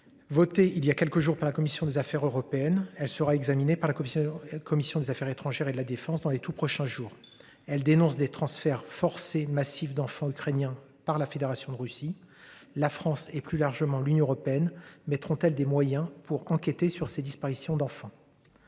Voter il y a quelques jours par la commission des affaires européennes. Elle sera examinée par la commission. Commission des Affaires étrangères et de la Défense dans les tout prochains jours. Elle dénonce des transferts forcés massives d'enfants ukrainiens par la Fédération de Russie. La France et plus largement l'Union européenne. Mettront tels des moyens pour enquêter sur ces disparitions d'enfants.